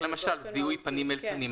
למשל: זיהוי פנים אל פנים.